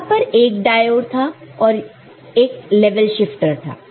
वहां पर एक डायोड था और एक लेवल शिफ्टर था